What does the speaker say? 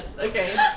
okay